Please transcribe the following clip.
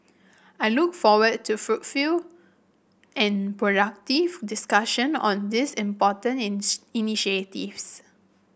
I look forward to fruitful and productive discussion on these important ins initiatives